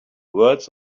words